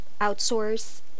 outsource